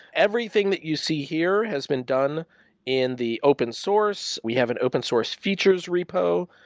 everything that you see here has been done in the open-source. we have an open source futures repo.